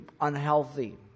unhealthy